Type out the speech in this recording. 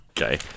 Okay